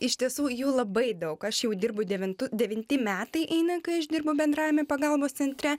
iš tiesų jų labai daug aš jau dirbu devintu devinti metai eina kai aš dirbu bendrajame pagalbos centre